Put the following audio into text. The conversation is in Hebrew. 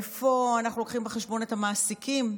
איפה אנחנו לוקחים בחשבון את המעסיקים,